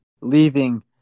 leaving